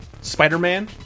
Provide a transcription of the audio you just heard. Spider-Man